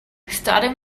starting